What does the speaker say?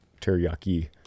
teriyaki